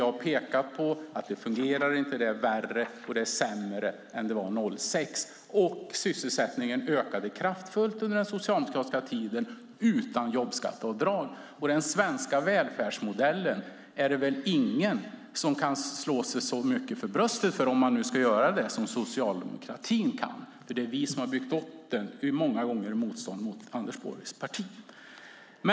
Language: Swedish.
Jag pekar på att det inte fungerar, att det har blivit värre och sämre än det var 2006. Sysselsättningen ökade kraftigt under den socialdemokratiska tiden utan jobbskatteavdrag. Och den svenska välfärdsmodellen är det väl ingen som kan slå sig så mycket för bröstet för, om man nu ska göra det, som socialdemokratin, för det är vi som har byggt upp den, många gånger i motstånd mot Anders Borgs parti.